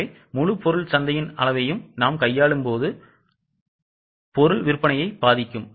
எனவே முழு பொருள் சந்தையின் அளவையும் நாம் கையாளும் போது பொருள் விற்பனையை பாதிக்கும்